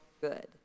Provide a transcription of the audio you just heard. good